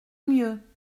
mieux